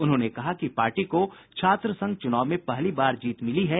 उन्होंने कहा कि पार्टी को छात्र संघ चूनाव में पहली बार जीत मिली है